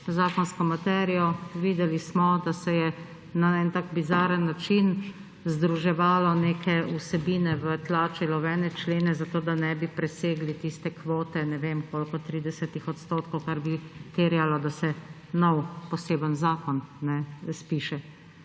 zakonsko materijo. Videli smo, da se je na en tak bizaren način združevalo neke vsebine, tlačilo v ene člene, zato da ne bi presegli tiste kvote ne vem koliko, 30 odstotkov, kar bi terjalo, da se nov, poseben zakon spiše.